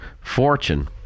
fortune